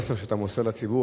המסר שאתה מוסר לציבור,